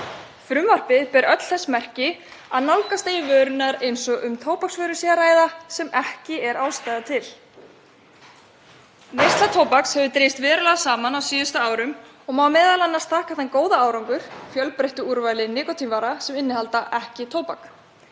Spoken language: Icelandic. Frumvarpið ber þess merki að nálgast eigi vörurnar eins og um tóbaksvörur sé að ræða sem ekki er ástæða til. Neysla tóbaks hefur dregist verulega saman á síðustu árum og má m.a. þakka þann góða árangur fjölbreyttu úrvali nikótínvara sem innihalda ekki tóbak.